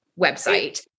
website